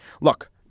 Look